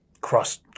Cross